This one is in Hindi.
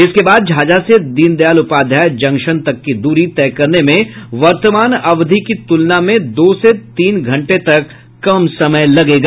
इसके बाद झाझा से दीनदयाल उपाध्याय जंक्शन तक की दूरी तय करने में वर्तमान अवधि की तुलना में दो से तीन घंटे तक कम समय लगेगा